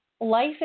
life